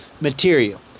material